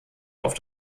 auf